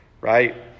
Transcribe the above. Right